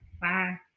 Bye